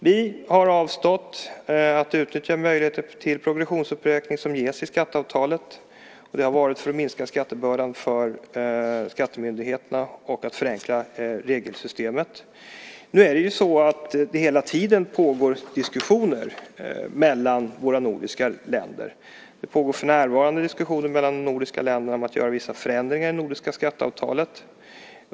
Vi har avstått från att utnyttja den möjlighet till progressionsuppräkning som ges i skatteavtalet för att minska bördan för skattemyndigheterna och förenkla regelsystemet. Nu pågår ju diskussioner hela tiden mellan våra nordiska länder. För närvarande pågår diskussioner om att göra vissa förändringar i det nordiska skatteavtalet.